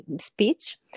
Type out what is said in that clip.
speech